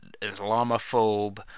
Islamophobe